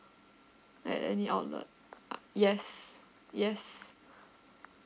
at any outlet uh yes yes